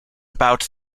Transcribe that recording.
about